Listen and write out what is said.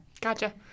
Gotcha